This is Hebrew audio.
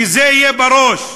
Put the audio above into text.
שזה יהיה בראש.